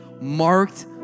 marked